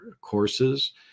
courses